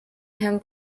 herrn